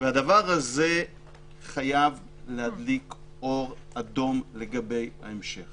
והדבר הזה חייב להדליק אור אדום לגבי ההמשך